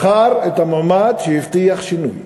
בחר את המועמד שהבטיח שינוי,